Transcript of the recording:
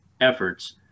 efforts